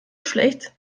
schlecht